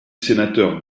sénateur